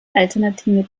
alternative